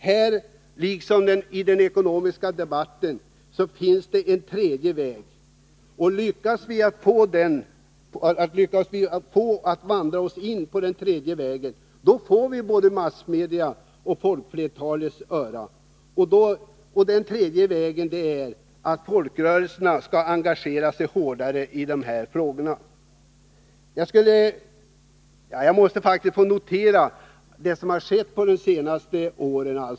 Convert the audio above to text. Här, liksom i den ekonomiska debatten, finns också en tredje väg, och lyckas vi vandra den får vi också både massmedias och folkflertalets öra. Den tredje vägen är att folkrörelserna engagerar sig hårdare i dessa frågor. Jag måste få notera det som hänt de senaste åren.